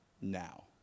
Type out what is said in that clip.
now